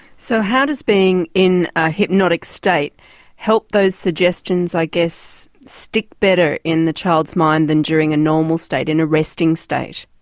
so how does being in a hypnotic state help those suggestions i guess stick better in the child's mind than during a normal state, in a resting state?